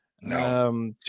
No